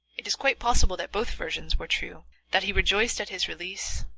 it is quite possible that both versions were true, that he rejoiced at his release,